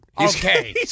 Okay